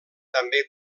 també